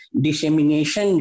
dissemination